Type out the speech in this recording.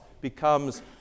becomes